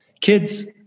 kids